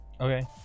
Okay